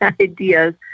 ideas